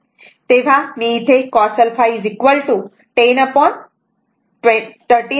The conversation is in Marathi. तेव्हा मी इथे cos α 1013